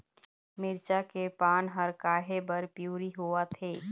मिरचा के पान हर काहे बर पिवरी होवथे?